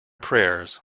prayers